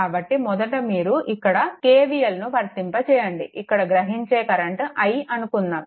కాబట్టి మొదట మీరు ఇక్కడ KVL ను వర్తింపజేయండి ఇక్కడ ప్రవహించే కరెంట్ i అనుకుందాము